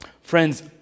Friends